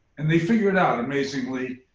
and they figured out amazingly,